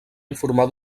informar